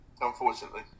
unfortunately